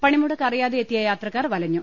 പണിമുടക്ക് അറിയാതെ എത്തിയ യാത്രക്കാർ വലഞ്ഞു